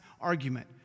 argument